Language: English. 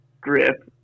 grip